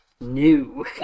new